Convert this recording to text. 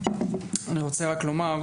אני רוצה רק לומר,